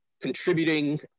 contributing